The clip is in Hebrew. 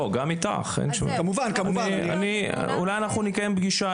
אולי אנחנו נקיים פגישה